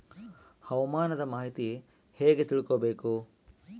ಹವಾಮಾನದ ಮಾಹಿತಿ ಹೇಗೆ ತಿಳಕೊಬೇಕು?